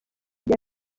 bya